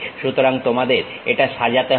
সুতরাং তোমাদের এটা সাজাতে হবে